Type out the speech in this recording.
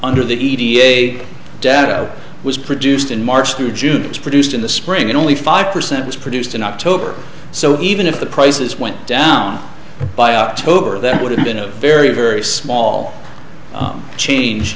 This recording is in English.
nder the e p a data was produced in march through june was produced in the spring and only five percent was produced in october so even if the prices went down by october that would have been a very very small change